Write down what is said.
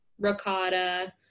ricotta